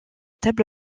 table